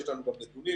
יש לנו גם נתונים.